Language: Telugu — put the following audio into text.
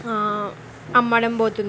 అమ్ముడు పోతుంది